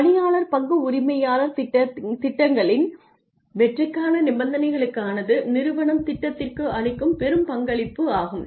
பணியாளர் பங்கு உரிமையாளர் திட்டங்களின் வெற்றிக்கான நிபந்தனைகளானது நிறுவனம் திட்டத்திற்கு அளிக்கும் பெரும் பங்களிப்புகளாகும்